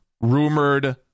rumored